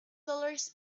dollars